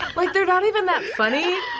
like they're not even that funny,